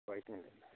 white में लेना है